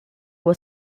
was